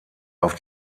auf